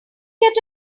get